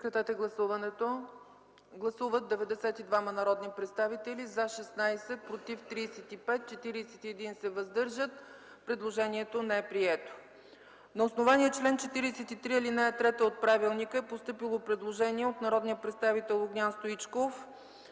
Прегласуване. Гласували 92 народни представители: за 16, против 35, въздържали се 41. Предложението не е прието. На основание чл. 43, ал. 3 от правилника е постъпило предложение от народния представител Огнян Стоичков